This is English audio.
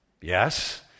Yes